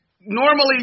normally